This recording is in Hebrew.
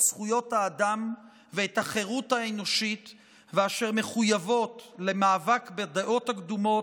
זכויות האדם ואת החירות האנושית ואשר מחויבים למאבק בדעות הקדומות,